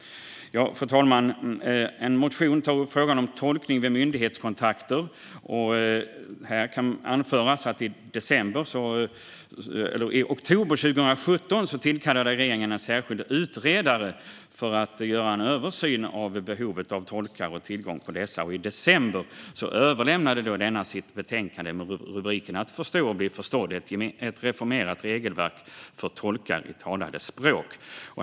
Fru talman! En motion tar upp frågan om tolkning vid myndighetskontakter. Här kan anföras att regeringen i oktober 2017 tillkallade en särskild utredare för att göra en översyn av samhällets behov av och tillgång till tolkar. I december överlämnade utredaren sitt betänkande med titeln Att förstå och bli förstådd - ett reformerat regelverk för tolkar i talade språk .